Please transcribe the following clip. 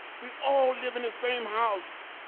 we all live in the same house,